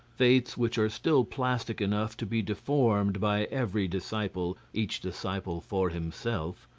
faiths which are still plastic enough to be deformed by every disciple, each disciple for himself,